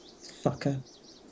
fucker